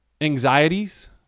Anxieties